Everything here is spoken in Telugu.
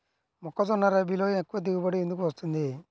మొక్కజొన్న రబీలో ఎక్కువ దిగుబడి ఎందుకు వస్తుంది?